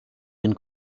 den